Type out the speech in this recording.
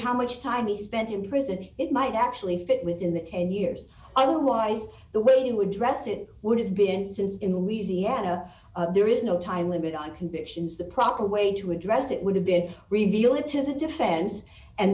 how much time he spent in prison it might actually fit within the ten years otherwise the way they were dressed it would have been since in louisiana there is no time limit on convictions the proper way to address it would have been to reveal it to the defense and